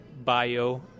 bio